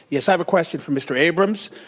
yes, i have a question for mr. abrams.